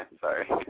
sorry